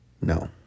No